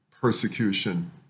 persecution